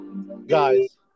Guys